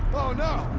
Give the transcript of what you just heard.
oh no